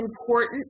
important